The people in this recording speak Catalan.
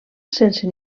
sense